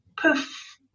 poof